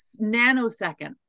nanosecond